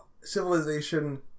civilization